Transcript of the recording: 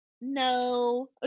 no